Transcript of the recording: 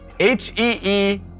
H-E-E